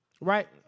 Right